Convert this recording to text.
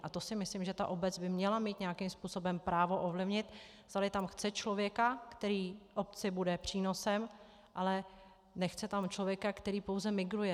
A to si myslím, že ta obec by měla mít nějakým způsobem právo ovlivnit, zdali tam chce člověka, který obci bude přínosem, ale nechce tam člověka, který pouze migruje.